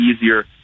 easier